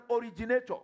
originator